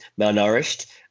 malnourished